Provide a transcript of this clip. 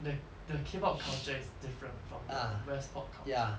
the the K pop culture is different from the west pop culture